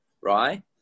right